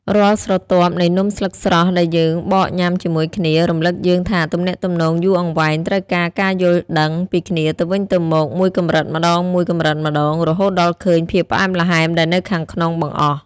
រាល់ស្រទាប់នៃនំស្លឹកស្រស់ដែលយើងបកញ៉ាំជាមួយគ្នា រំលឹកយើងថាទំនាក់ទំនងយូរអង្វែងត្រូវការការយល់ដឹងពីគ្នាទៅវិញទៅមកមួយកម្រិតម្ដងៗ រហូតដល់ឃើញភាពផ្អែមល្ហែមដែលនៅខាងក្នុងបង្អស់។